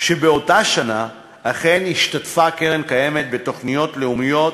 שבאותה שנה אכן השתתפה הקרן הקיימת בתוכניות לאומיות